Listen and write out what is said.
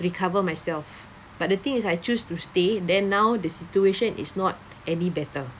recover myself but the thing is I choose to stay then now the situation is not any better